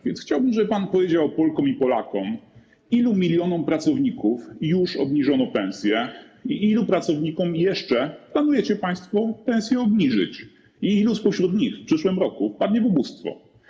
Więc chciałbym, żeby pan powiedział Polkom i Polakom, ilu milionom pracowników już obniżono pensje i ilu pracownikom jeszcze planujecie państwo pensje obniżyć i ilu spośród nich w przyszłym roku wpadnie w ubóstwo.